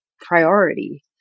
priority